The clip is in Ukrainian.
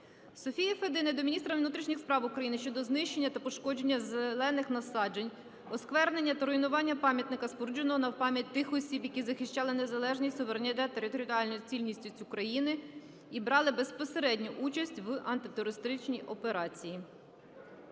Софії Федини до міністра внутрішніх справ України щодо знищення та пошкодження зелених насаджень, осквернення та руйнування пам'ятника, спорудженого в пам'ять тих осіб, які захищали незалежність, суверенітет та територіальну цілісність України і брали безпосередню участь в антитерористичній операції.